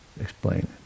explain